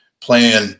playing